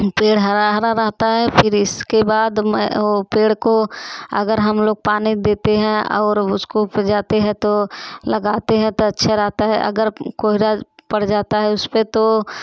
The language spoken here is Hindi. पेड़ हरा हरा रहता है फिर इसके बाद में हो पेड़ को अगर हम लोग पानी देते हैं और उसको उपजाते है तो लगाते हैं तो अच्छा रहता है अगर कोहरा पड़ जाता है उस पर तो